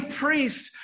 priest